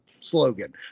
slogan